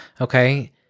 Okay